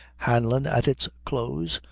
hanlon, at its close,